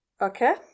Okay